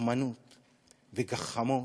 תחמנות וגחמות,